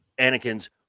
Anakin's